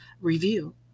review